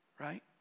right